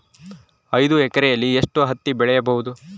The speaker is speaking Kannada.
ಐದು ಎಕರೆಯಲ್ಲಿ ಎಷ್ಟು ಹತ್ತಿ ಬೆಳೆಯಬಹುದು?